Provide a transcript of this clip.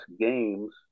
games